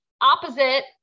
opposite